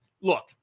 Look